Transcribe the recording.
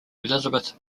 elizabeth